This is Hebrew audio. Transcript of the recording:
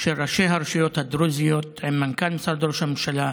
של ראשי הרשויות הדרוזיות עם מנכ"ל משרד ראש הממשלה,